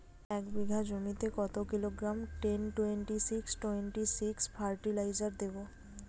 এক বিঘা জমিতে কত kilogram ten twenty six twenty six fertiliser দেবো?